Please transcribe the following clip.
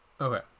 Okay